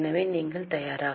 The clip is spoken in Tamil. எனவே நீங்கள் தயாரா